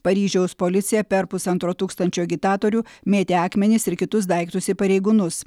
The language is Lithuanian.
paryžiaus policija per pusantro tūkstančio agitatorių mėtė akmenis ir kitus daiktus į pareigūnus